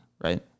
right